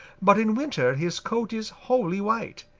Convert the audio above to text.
but in winter his coat is wholly white.